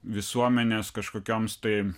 visuomenės kažkokioms tai